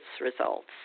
results